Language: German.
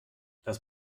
das